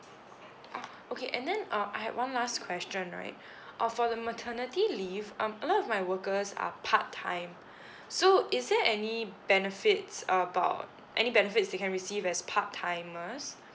ah okay and then uh I had one last question right uh for the maternity leave um a lot of my workers are part time so is there any benefits about any benefits you can receive as part timers